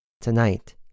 Tonight